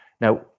now